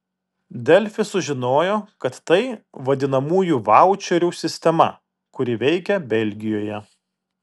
delfi sužinojo kad tai vadinamųjų vaučerių sistema kuri veikia belgijoje